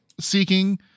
seeking